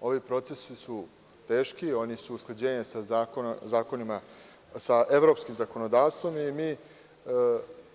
Ovi procesi su teški, oni su usklađenje sa evropskim zakonodavstvom i mi,